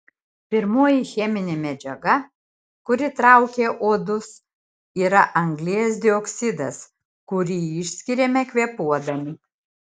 pirmoji cheminė medžiaga kuri traukia uodus yra anglies dioksidas kurį išskiriame kvėpuodami